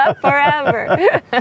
Forever